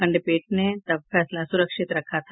खंडपीठ ने तब फैसला सुरक्षित रखा था